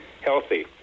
healthy